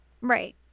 Right